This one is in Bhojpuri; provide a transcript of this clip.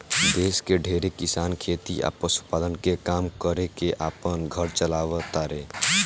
देश के ढेरे किसान खेती आ पशुपालन के काम कर के आपन घर चालाव तारे